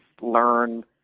learn